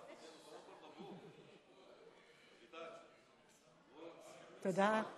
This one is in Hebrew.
תודה.